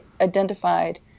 identified